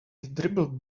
dribbled